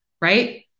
right